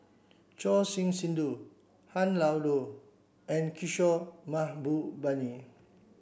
Choor Singh Sidhu Han Lao Da and Kishore Mahbubani